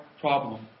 problem